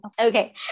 Okay